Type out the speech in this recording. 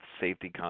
safety